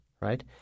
right